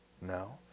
No